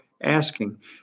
asking